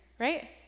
right